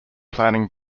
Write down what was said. planning